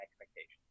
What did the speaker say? expectations